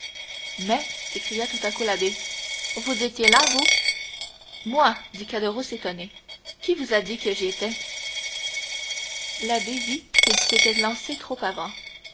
mais s'écria tout à coup l'abbé vous étiez là vous moi dit caderousse étonné qui vous a dit que j'y étais l'abbé vit qu'il s'était lancé trop avant